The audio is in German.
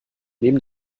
neben